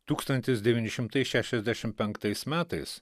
tūkstantis devyni šimtai šešiasdešim penktais metais